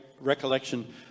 recollection